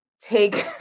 take